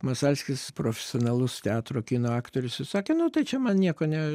masalskis profesionalus teatro kino aktorius jis sakė nu tai čia man nieko ne